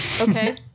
Okay